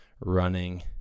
running